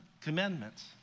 commandments